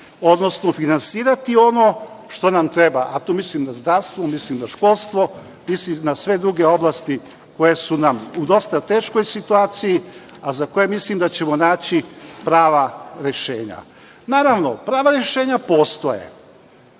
mogli finansirati ono što nam treba. Tu mislim na zdravstvo, tu mislim na školstvo i na sve druge oblasti koje su nam u dosta teškoj situaciji, a za koje mislim da ćemo naći prava rešenja. Naravno, prava rešenja postoje,